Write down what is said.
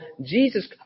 Jesus